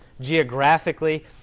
geographically